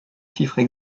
chiffres